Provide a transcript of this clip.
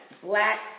Black